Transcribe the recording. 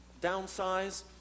downsize